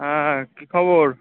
হ্যাঁ কী খবর